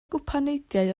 gwpaneidiau